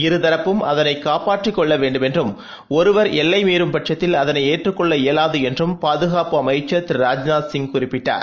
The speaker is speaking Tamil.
இரு தரப்பும் அதனைக் காப்பாற்றிக் கொள்ள வேண்டும் என்றும் ஒருவர் எல்லை மீறும் பட்சத்தில் அதனை ஏற்றுக் கொள்ள இயலாது என்றும் பாதுகாப்பு அமைச்சர் திரு ராஜ்நாத் சிங் குறிப்பிட்டார்